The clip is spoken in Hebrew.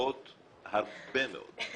מוערכות הרבה מאוד.